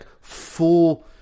full